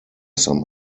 some